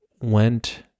went